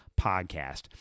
podcast